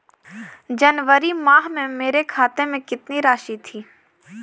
जनवरी माह में मेरे खाते में कितनी राशि थी?